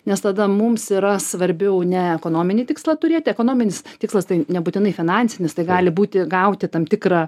nes tada mums yra svarbiau ne ekonominį tikslą turėti ekonominis tikslas tai nebūtinai finansinis tai gali būti gauti tam tikrą